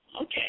Okay